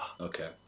Okay